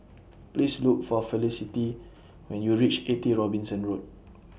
Please Look For Felicity when YOU REACH eighty Robinson Road